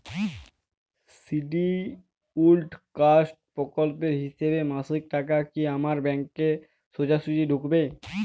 Scheduled caste প্রকল্পের হিসেবে মাসিক টাকা কি আমার ব্যাংকে সোজাসুজি ঢুকবে?